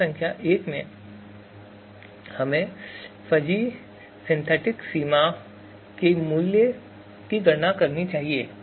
चरण संख्या एक में हमें फजी सिंथेटिक सीमा के मूल्य की गणना करनी चाहिए